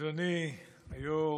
אדוני היושב-ראש,